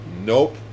nope